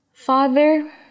Father